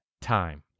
time